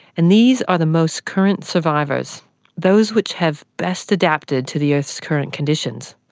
and these are the most current survivors those which have best adapted to the earth's current conditions.